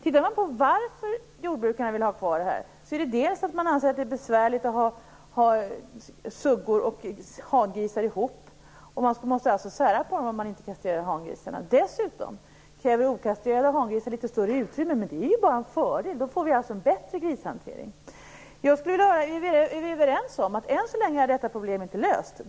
En anledning till att jordbrukarna vill ha kvar kastreringen är att man anser det besvärligt att ha suggor och hangrisar ihop. Man måste sära på dem om man inte kastrerar hangrisarna. Dessutom kräver okastrerade hangrisar litet större utrymme. Men det är ju bara en fördel - då får vi ju en bättre grishantering. Jag skulle vilja höra om vi är överens om att detta problem än så länge inte är löst.